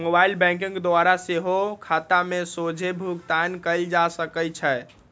mobile banking द्वारा सेहो खता में सोझे भुगतान कयल जा सकइ छै